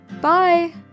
Bye